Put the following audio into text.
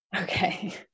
Okay